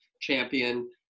champion